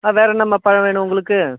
வேற என்னம்மா பழம் வேணும் உங்களுக்கு